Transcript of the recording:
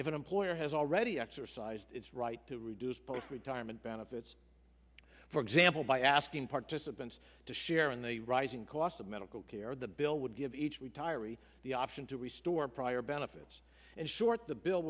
if an employer has already exercised its right to reduce both retirement benefits for example by asking participants to share in the rising cost of medical care the bill would give each retiree the option to restore prior benefits and short the bill